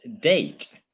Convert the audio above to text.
date